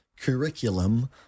curriculum